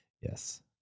Yes